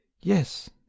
yes